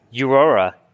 Aurora